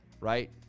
right